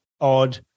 odd